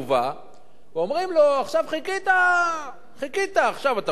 ואומרים לו: עכשיו, חיכית, עכשיו אתה רוצה לקבל